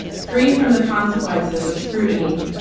free from the consequences of scrutiny.